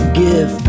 give